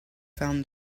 found